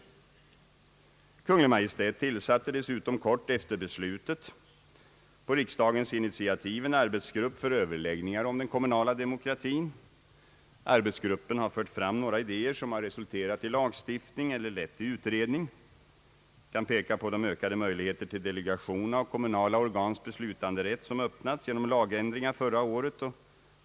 Kort efter beslutet tillsatte dess utom Kungl. Maj:t på riksdagens initiativ en arbetsgrupp för överläggningar om den kommunala demokratin. Arbetsgruppen har fört fram några idéer som har resulterat i lagstiftning eller lett till utredning. Jag kan peka på de ökade möjligheter till delegering av kommunala organs beslutanderätt som öppnats genom lagändringar förra året.